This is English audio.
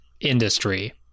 industry